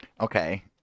Okay